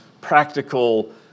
practical